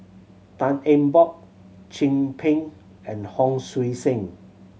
Tan Eng Bock Chin Peng and Hon Sui Sen